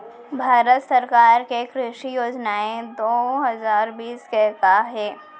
भारत सरकार के कृषि योजनाएं दो हजार बीस के का हे?